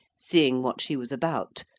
seeing what she was about,